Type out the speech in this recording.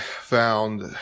found